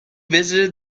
visited